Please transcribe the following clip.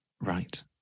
Right